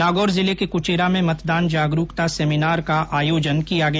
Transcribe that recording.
नागौर जिले के कुचेरा में मतदान जागरूकता सेमिनार का आयोजन किया गया